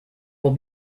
will